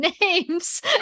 names